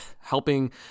helping